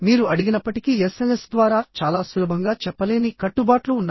మీరు అడిగినప్పటికీ ఎస్ఎంఎస్ ద్వారా చాలా సులభంగా చెప్పలేని కట్టుబాట్లు ఉన్నాయి